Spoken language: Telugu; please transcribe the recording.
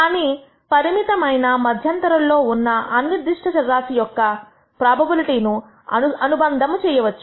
కానీ పరిమితమైన మద్యంతరంలో ఉన్న అనిర్దిష్ట చర రాశి యొక్క ఒక ప్రోబబిలిటీ ను అనుబంధం చేయవచ్చు